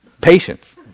Patience